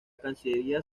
cancillería